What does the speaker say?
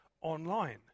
online